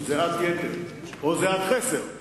זיעת יתר או זיעת חסר.